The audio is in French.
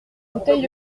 bouteille